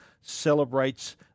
celebrates